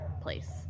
place